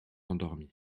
endormi